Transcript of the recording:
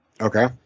Okay